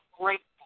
grateful